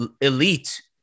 elite